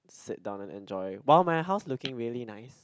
sit down and enjoy while my house looking really nice